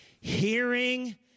hearing